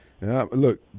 Look